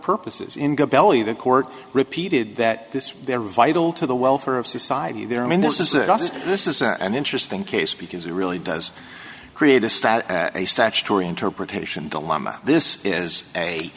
purposes in gabelli the court repeated that this they are vital to the welfare of society there i mean this is a this is an interesting case because it really does create a stat a statutory interpretation dilemma this is a